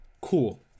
Cool